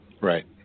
Right